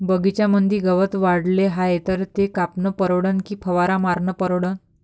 बगीच्यामंदी गवत वाढले हाये तर ते कापनं परवडन की फवारा मारनं परवडन?